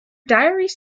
diaries